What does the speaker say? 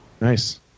Nice